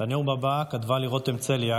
את הנאום הבא כתבה לי רותם אבידר-צאליק,